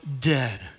dead